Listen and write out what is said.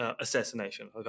assassination